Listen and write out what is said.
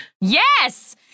Yes